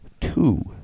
two